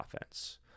offense